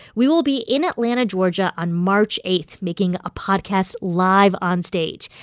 we will be in atlanta, ga, on march eight making a podcast live onstage.